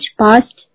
past